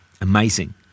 Amazing